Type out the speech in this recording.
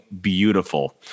beautiful